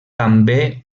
també